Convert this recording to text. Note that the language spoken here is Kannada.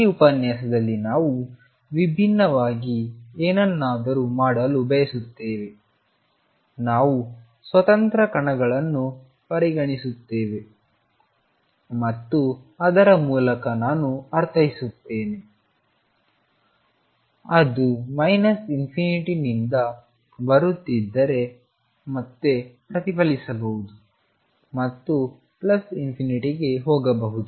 ಈ ಉಪನ್ಯಾಸದಲ್ಲಿ ನಾವು ವಿಭಿನ್ನವಾಗಿ ಏನನ್ನಾದರೂ ಮಾಡಲು ಬಯಸುತ್ತೇವೆ ನಾವು ಸ್ವತಂತ್ರ ಕಣಗಳನ್ನು ಪರಿಗಣಿಸುತ್ತೇವೆ ಮತ್ತು ಅದರ ಮೂಲಕ ನಾನು ಅರ್ಥೈಸುತ್ತೇನೆ ಅವರು ∞ ನಿಂದ ಬರುತ್ತಿದ್ದಾರೆ ಮತ್ತೆ ಪ್ರತಿಫಲಿಸಬಹುದು ಮತ್ತು ∞ ಗೆ ಹೋಗಬಹುದು